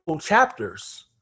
chapters